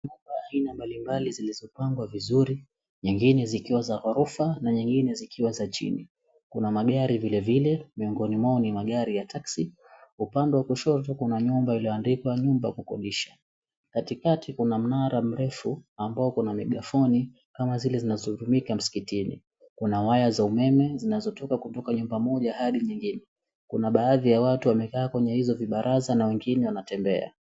Nyumba za aina mbalimbali zilizopangwa vizuri nyingine zikiwa za ghorofa na nyingine zikiwa za chini, kuna magari vilevile miongoni mwao ni magari ya taxi upande wa kushoto, kuna nyumba iliyoandikwa nyumba ya kukodisha katikakati, kuna mnara mrefu ambao kuna mighafoni kama zile zinazotumika Msikitini. Kuna waya za umeme zinazotoka kutoka nyumba moja hadi nyingine, kuna baadhi ya watu wamekaa kwenye hizo vibaraza na wengine wanatembea.